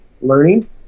learning